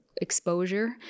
exposure